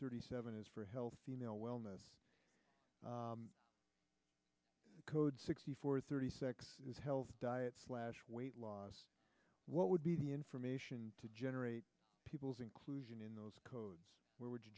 thirty seven is for healthy male wellness code sixty four thirty six is health diet slash weight loss what would be the information to generate people's inclusion in those codes where would you